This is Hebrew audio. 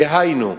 דהיינו,